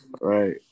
Right